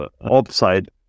upside